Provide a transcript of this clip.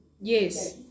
Yes